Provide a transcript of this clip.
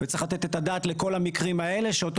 וצריך לתת את הדעת לכל המקרים האלה שאותו